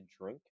drink